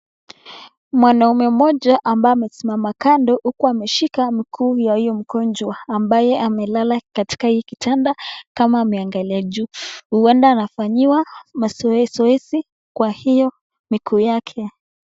Mwanaume mmoja ambaye amesimama kando huku ameshika mguu ya huyo mgonjwa ambaye amelala katika hii kitanda kama ameangalia juu huenda anafanyiwa mazoezi kwa hiyo miguu yake.